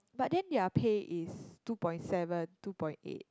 but then their pay is two point seven two point eight